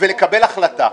ולקבל החלטה.